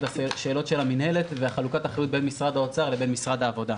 לשאלות המנהלת וחלוקת האחריות בין משרד האוצר למשרד העבודה.